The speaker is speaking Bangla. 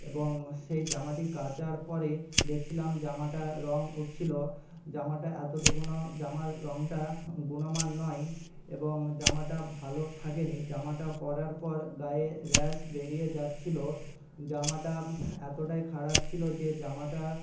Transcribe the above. এবং সেই জামাটি কাচার পরে দেখছিলাম জামাটার রঙ উঠছিল জামাটা এতটুকুও জামার রঙটা গুণমান নয় এবং জামাটা ভালো থাকে নি জামাটা পরার পর গায়ে র্যাস বেরিয়ে যাচ্ছিল জামাটা এতটাই খারাপ ছিল যে জামাটা